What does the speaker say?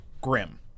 Grim